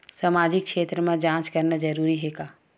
सामाजिक क्षेत्र म जांच करना जरूरी हे का?